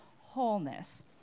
wholeness